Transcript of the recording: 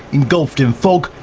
engulfed in fog,